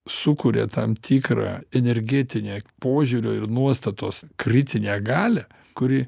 sukuria tam tikrą energetinę požiūrio ir nuostatos kritinę galią kuri